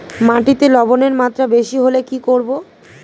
মাটিতে লবণের মাত্রা বেশি হলে কি করব?